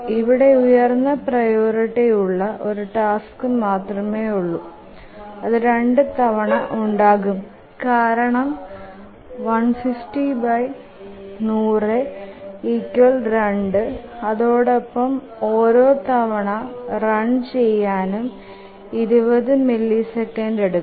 ഇവിടെ ഉയർന്ന പ്രിയോറിറ്റി ഉള്ള ഒരു ടാസ്ക് മാത്രമേ ഒള്ളു അതു 2 തവണ ഉണ്ടാകാം കാരണം ⌈150100⌉2 അതോടൊപ്പം ഓരോ തവണ റൺ ചെയാനും 20 മില്ലിസെക്കൻഡ്സ് എടുക്കും